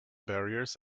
barriers